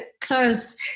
close